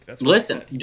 Listen